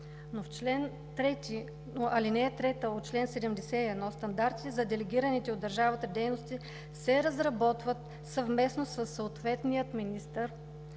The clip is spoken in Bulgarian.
Но в ал. 3 от чл. 71 стандартите за делегираните от държавата дейности се разработват съвместно със съответния министър